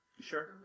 Sure